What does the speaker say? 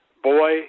Boy